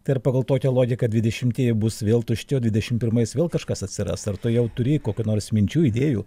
tai ar pagal tokią logiką dvidešimi bus vėl tušti o dvidešim pirmais vėl kažkas atsiras ar tu jau turi kokių nors minčių idėjų